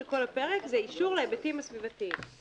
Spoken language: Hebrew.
כל הפרק זה "אישור להיבטים הסביבתיים",